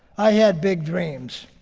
i had big dreams.